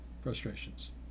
frustrations